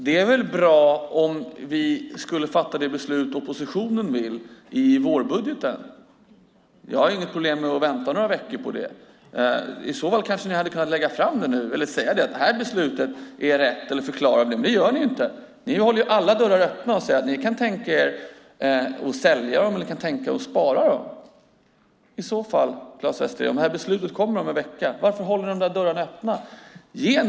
Det är bra om vi fattar det beslut som oppositionen vill i vårbudgeten. Jag har inga problem med att vänta några veckor. Ni kanske kunde ha sagt att det beslutet är rätt, men det gör ni inte. Ni håller alla dörrar öppna och säger att ni kan tänka er att sälja och att ni kan tänka er att spara. Om beslutet kommer om en vecka, varför hålla dörrarna öppna, Claes Västerteg?